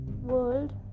world